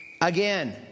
Again